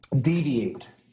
deviate